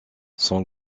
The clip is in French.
son